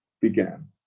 began